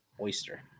oyster